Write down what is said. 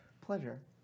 Pleasure